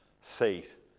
faith